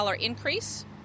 increase